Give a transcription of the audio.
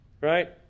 right